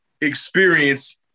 experience